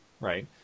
right